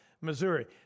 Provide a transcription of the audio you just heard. Missouri